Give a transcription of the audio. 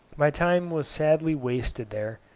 my time was sadly wasted there,